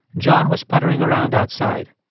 john was puttering around outside.